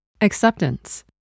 Acceptance